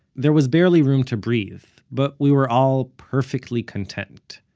there was barely room to breath, but we were all perfectly content.